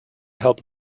help